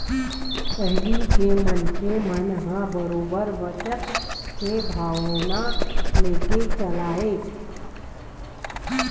पहिली के मनखे मन ह बरोबर बचत के भावना लेके चलय